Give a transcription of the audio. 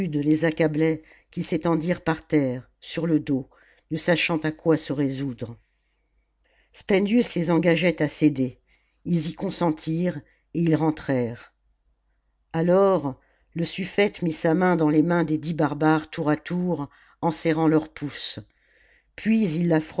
les accablait qu'ils s'étendirent par terre sur le dos ne sachant à quoi se résoudre spendius les engageait à céder ils y consentirent et ils rentrèrent alors le sufifete mit sa main dans les mains des dix barbares tour à tour en serrant leurs pouces puis il